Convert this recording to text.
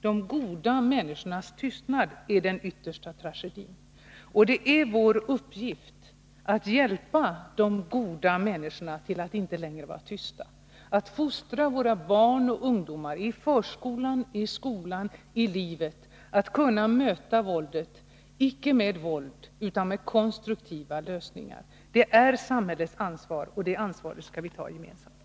De goda människornas tystnad är den yttersta tragedin, och det är vår uppgift att hjälpa de goda människorna att inte längre vara tysta, att fostra våra barn och ungdomar i förskolan, i skolan, i livet för att de skall kunna möta våldet, icke med våld utan med konstruktiva lösningar. Det är samhällets ansvar, och det ansvaret skall vi ta gemensamt.